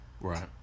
Right